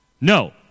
No